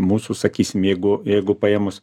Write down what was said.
mūsų sakysim jeigu jeigu paėmus